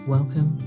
Welcome